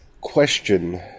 question